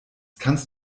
kannst